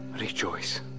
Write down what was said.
Rejoice